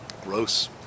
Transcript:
gross